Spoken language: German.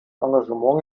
engagement